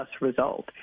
result